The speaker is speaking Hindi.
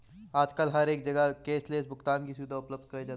आजकल हर एक जगह कैश लैस भुगतान की सुविधा उपलब्ध कराई जाती है